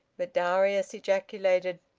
but darius ejaculated